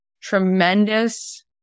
tremendous